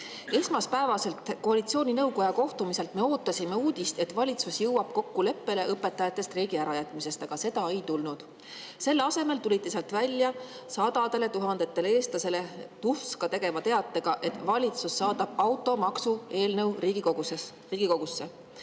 Esmaspäevaselt koalitsiooninõukoja kohtumiselt me ootasime uudist, et valitsus jõuaks kokkuleppele õpetajate streigi ärajätmises, aga seda ei tulnud. Selle asemel tulite sealt välja sadadele tuhandetele eestlastele tuska tegeva teatega, et valitsus saadab automaksu eelnõu Riigikogusse.